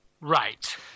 Right